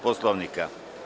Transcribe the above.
Poslovnika?